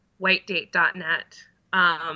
whitedate.net